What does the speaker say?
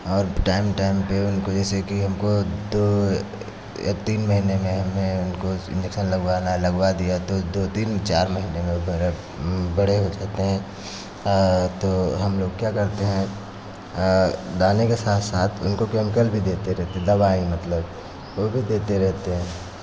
और time time पे उनको जैसे की उनको दो या तीन महीने में हमें उनको इंजेक्सन लगवाना लगवा दिया तो दो तीन चार महीने में बड़े हो जाते हैं तो हम लोग क्या करते हैं दाने के साथ साथ उनको केमिकल भी देते रहते दवाई मतलब ओ भी देते रहते हैं